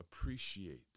appreciate